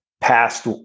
past